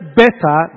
better